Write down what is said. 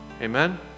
amen